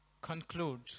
conclude